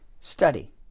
Study